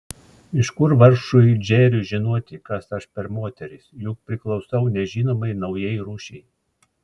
iš kur vargšui džeriui žinoti kas aš per moteris juk priklausau nežinomai naujai rūšiai